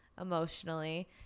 emotionally